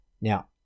Now